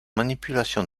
manipulations